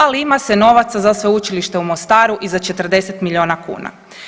Ali ima se novaca za sveučilište u Mostaru i za 40 milijuna kuna.